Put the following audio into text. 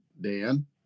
Dan